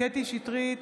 קטי קטרין שטרית,